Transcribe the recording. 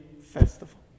festival